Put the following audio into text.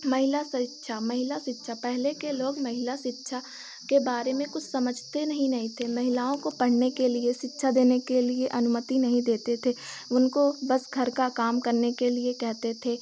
महिला शिक्षा महिला शिक्षा पहले के लोग महिला शिक्षा के बारे में कुछ समझते ही नहीं थे महिलाओं को पढ़ने के लिए शिक्षा देने के लिए अनुमति नहीं देते थे उनको बस घर का काम करने के लिए कहते थे